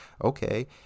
okay